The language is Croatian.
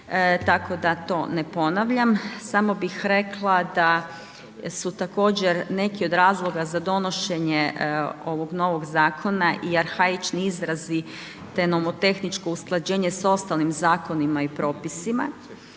tako da to ne ponavljam. Samo bih rekla da su također neki od razloga za donošenje ovog novog zakona i arhaični izrazi te nomotehničko usklađenje sa ostalim zakonima i propisima.